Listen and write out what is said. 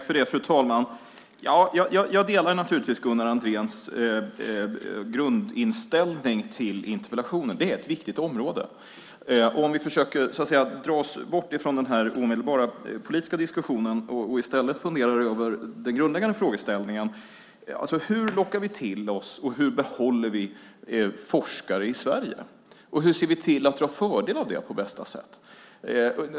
Fru talman! Jag delar naturligtvis Gunnar Andréns grundinställning till interpellationen. Det är ett viktigt område. Låt oss försöka dra oss bort från den omedelbara politiska diskussionen och i stället fundera över den grundläggande frågeställningen. Hur lockar vi till oss och behåller forskare i Sverige? Hur ser vi till att dra fördel av dem på bästa sätt?